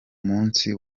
munsi